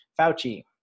Fauci